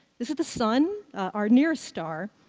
this is the sun, our nearest star,